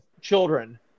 children